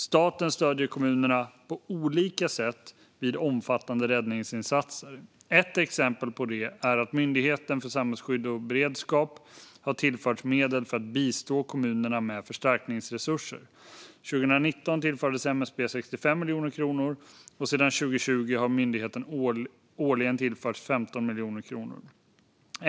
Staten stöder kommunerna på olika sätt vid omfattande räddningsinsatser. Ett exempel på det är att Myndigheten för samhällsskydd och beredskap har tillförts medel för att bistå kommunerna med förstärkningsresurser. År 2019 tillfördes MSB 65 miljoner kronor, och sedan 2020 har myndigheten årligen tillförts 15 miljoner kronor.